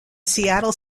seattle